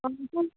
وعلکیُم